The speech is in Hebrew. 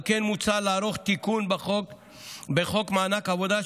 על כן מוצע לערוך תיקון בחוק מענק עבודה,